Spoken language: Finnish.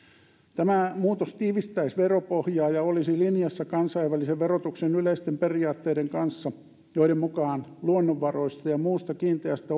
tämä muutos tiivistäisi veropohjaa ja olisi linjassa kansainvälisen verotuksen yleisten periaatteiden kanssa joiden mukaan luonnonvaroista ja muusta kiinteästä